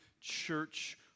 church